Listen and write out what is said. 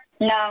No